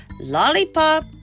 lollipop